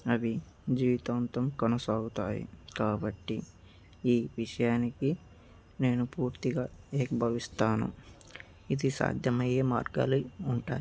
అవి జీవితాంతం కొనసాగుతాయి కాబట్టి ఈ విషయానికి నేను పూర్తిగా ఏకీభవిస్తాను ఇది సాధ్యమయ్యే మార్గాలు ఉంటాయి